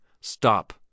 Stop